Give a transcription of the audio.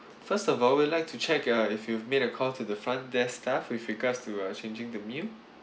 first of all we'll like to check uh if you've made a call to the front desk staff with regards to uh changing the meal